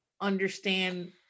understand